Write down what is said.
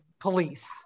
police